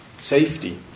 safety